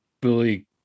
billy